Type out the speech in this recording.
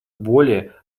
более